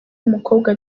w’umukobwa